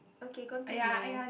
okay continue